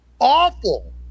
awful